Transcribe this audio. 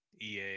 EA